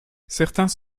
certains